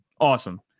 awesome